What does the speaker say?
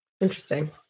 Interesting